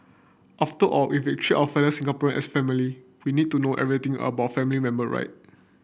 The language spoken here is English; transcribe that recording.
after all if we treat our fellow Singaporean as family we need to know everything about our family member right